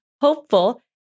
hopeful